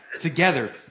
together